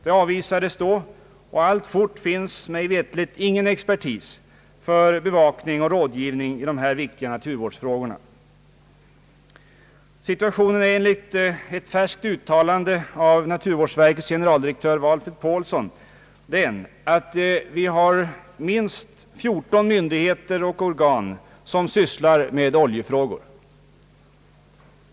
Det avvisades då, och ailtfort finns mig veterligt ingen expertis för bevakning och rådgivning i dessa viktiga naturvårdsfrågor. Situationen är enligt ett färskt uttalande av naturvårdsverkets generaldirektör Valfrid Paulsson den att vi har minst fjorton myndigheter och organ som sysslar med oljefrågor.